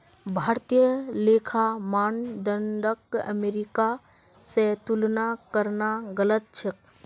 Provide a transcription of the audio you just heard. भारतीय लेखा मानदंडक अमेरिका स तुलना करना गलत छेक